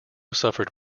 suffered